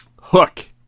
Hook